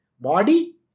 Body